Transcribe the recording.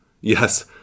Yes